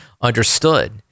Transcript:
understood